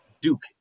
Duke